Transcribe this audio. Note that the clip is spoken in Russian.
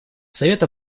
совет